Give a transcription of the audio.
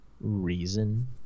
reason